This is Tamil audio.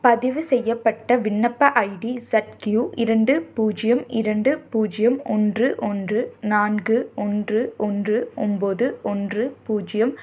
பதிவு செய்யப்பட்ட விண்ணப்ப ஐடி ஸெட்க்யூ இரண்டு பூஜ்யம் இரண்டு பூஜ்யம் ஒன்று ஒன்று நான்கு ஒன்று ஒன்று ஒன்போது ஒன்று பூஜ்யம்